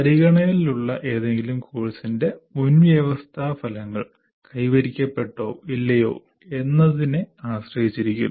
പരിഗണനയിലുള്ള ഏതെങ്കിലും കോഴ്സിന്റെ മുൻവ്യവസ്ഥാ ഫലങ്ങൾ കൈവരിക്കപ്പെട്ടോ ഇല്ലയോ എന്നതിനെ ആശ്രയിച്ചിരിക്കുന്നു